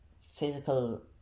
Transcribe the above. physical